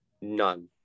None